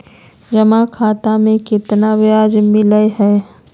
जमा खाता में केतना ब्याज मिलई हई?